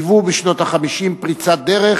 היוו בשנות ה-50 פריצת דרך